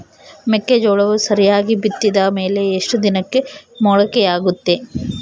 ಮೆಕ್ಕೆಜೋಳವು ಸರಿಯಾಗಿ ಬಿತ್ತಿದ ಮೇಲೆ ಎಷ್ಟು ದಿನಕ್ಕೆ ಮೊಳಕೆಯಾಗುತ್ತೆ?